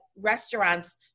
restaurants